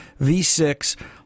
V6